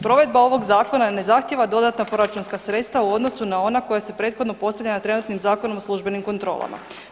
Provedba ovog zakona ne zahtjeva dodatna proračunska sredstva u odnosu na ona koja su prethodno postavljena trenutnim Zakonom o službenim kontrolama.